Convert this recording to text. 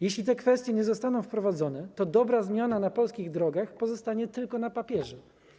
Jeśli te kwestie nie zostaną wprowadzone, to dobra zmiana na polskich drogach pozostanie tylko na papierze.